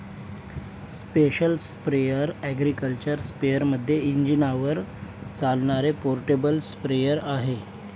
special sprayer agriculture स्पेअरमध्ये इंजिनावर चालणारे पोर्टेबल स्प्रेअर आहे